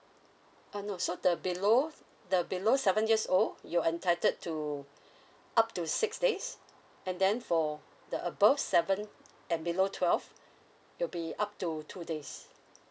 uh no so the below the below seven years old you're entitled to up to six days and then for the above seven and below twelve it'll be up to two days